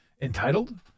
entitled